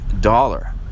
dollar